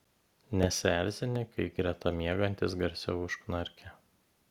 nesierzini kai greta miegantis garsiau užknarkia